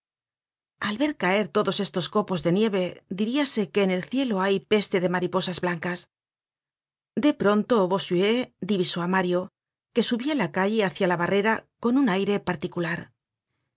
al ver caer todos estos copos de nieve diríase que en el cielo hay peste de mariposas blancas de pronto bossuet divisó á mario que subia la calle hácia la barrera con un aire particular